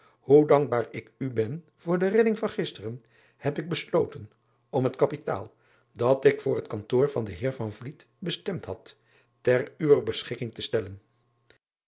hoe dankbaar ik u ben voor de redding van gisteren heb ik besloten om het kapitaal dat ik voor het kantoor van den eer bestemd had ter uwer beschikking te stellen